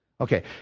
Okay